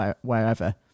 wherever